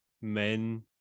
men